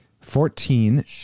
Fourteen